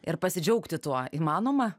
ir pasidžiaugti tuo įmanoma